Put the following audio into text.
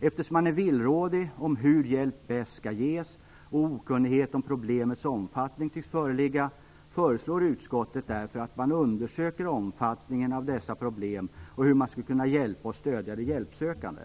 Eftersom man är villrådig om hur hjälp bäst skall ges och okunnighet om problemets omfattning tycks föreligga föreslår utskottet därför att man undersöker omfattningen av dessa problem och hur man skulle kunna hjälpa och stödja de hjälpsökande.